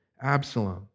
Absalom